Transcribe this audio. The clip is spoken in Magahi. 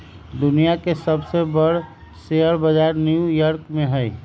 दुनिया के सबसे बर शेयर बजार न्यू यॉर्क में हई